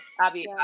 abby